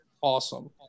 awesome